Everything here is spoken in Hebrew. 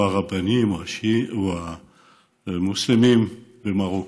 או הרבניים או המוסלמיים במרוקו.